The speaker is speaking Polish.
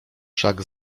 wszak